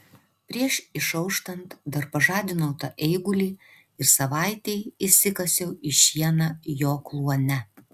prieš išauštant dar pažadinau tą eigulį ir savaitei įsikasiau į šieną jo kluone